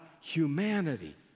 humanity